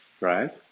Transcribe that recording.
Right